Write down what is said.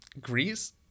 Greece